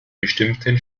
bestimmten